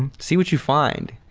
see what you find.